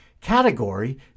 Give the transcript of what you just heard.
category